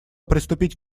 приступить